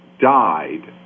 died